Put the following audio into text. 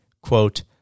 quote